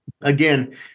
again